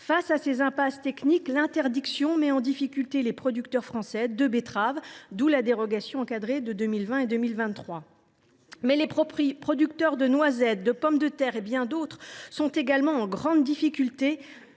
Face à ces impasses techniques, l’interdiction met en difficulté les producteurs français de betterave, ce qui explique la dérogation encadrée de 2020 et 2023. Les producteurs de noisettes, de pommes de terre et bien d’autres se trouvent également en grande difficulté,